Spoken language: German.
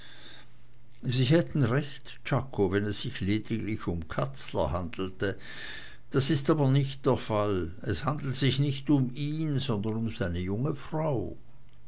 sie hätten recht czako wenn es sich lediglich um katzler handelte das ist aber nicht der fall es handelt sich nicht um ihn sondern um seine junge frau